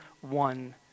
one